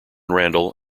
randall